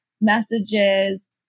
messages